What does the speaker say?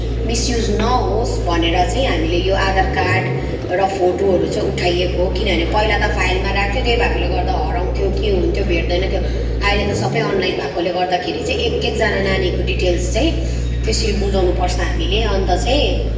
misuse नहोस् भनेर चाहिँ हामीले यो आधार कार्ड र फोटोहरू चाहिँ उठाएको किनभने पहिला त फाइलमा राख्थ्यो त्यही भएकोले गर्दा हराउँथ्यो के हुन्थ्यो भेट्दैन्थ्यो आहिले त सबै अनलाइन भएकोले गर्दाखेरि चाहिँ एक एकजाना नानीको डिटेल्स चाहिँ त्यसरी बुझाउनपर्छ हामीले अन्त चाहिँ